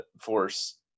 force